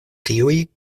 tiuj